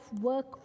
work